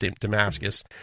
damascus